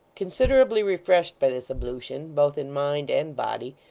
considerably refreshed by this ablution, both in mind and body,